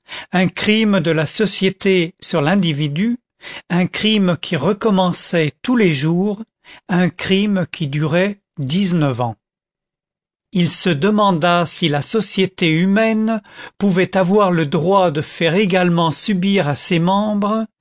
un crime de la société sur l'individu un crime qui recommençait tous les jours un crime qui durait dix-neuf ans il se demanda si la société humaine pouvait avoir le droit de faire également subir à ses membres